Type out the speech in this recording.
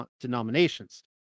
denominations